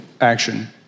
action